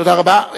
תודה רבה.